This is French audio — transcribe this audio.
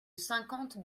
cinquante